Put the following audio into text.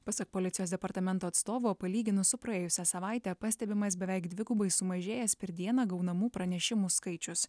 pasak policijos departamento atstovo palyginus su praėjusia savaite pastebimas beveik dvigubai sumažėjęs per dieną gaunamų pranešimų skaičius